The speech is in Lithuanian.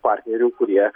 partnerių kurie